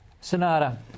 Sonata